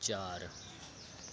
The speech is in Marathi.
चार